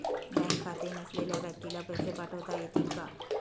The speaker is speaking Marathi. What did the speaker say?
बँक खाते नसलेल्या व्यक्तीला पैसे पाठवता येतील का?